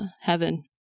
heaven